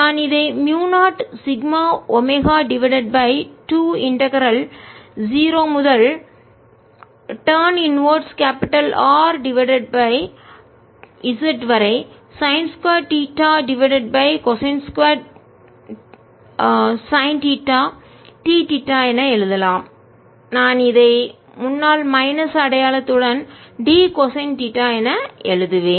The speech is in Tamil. நான் இதை mu 0 sigma omega divided by 2 integral ஒருங்கிணைப்பின் 0 முதல் டான் இன்வெர்ஸ் தலைகீழ் R டிவைடட் பை z வரை sine 2 theta divided by cosine 2 sine theta d theta என எழுதலாம் நான் இதை முன்னால் மைனஸ் அடையாளத்துடன் d கொசைன் தீட்டா என எழுதுவேன்